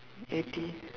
eighty